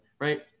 right